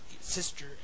Sister